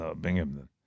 Binghamton